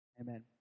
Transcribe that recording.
amen